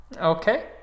Okay